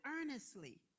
earnestly